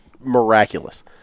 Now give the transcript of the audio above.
miraculous